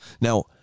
Now